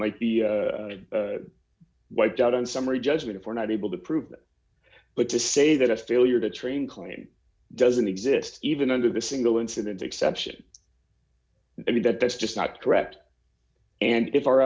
might be might be wiped out on summary judgment if we're not able to prove that but to say that a failure to train claim doesn't exist even under the single incident exception i mean that that's just not correct and if our